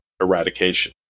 eradication